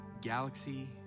Galaxy